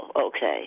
okay